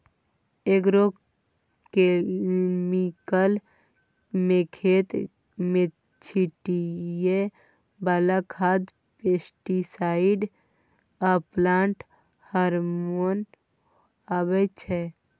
agrochemicals मे खेत मे छीटय बला खाद, पेस्टीसाइड आ प्लांट हार्मोन अबै छै